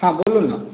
हाँ बोलो न